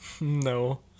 No